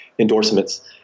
endorsements